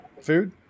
food